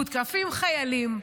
מותקפים חיילים,